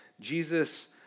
Jesus